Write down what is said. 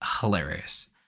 hilarious